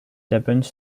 happens